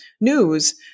news